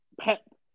Pep